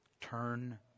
Turn